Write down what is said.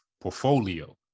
portfolio